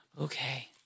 Okay